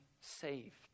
saved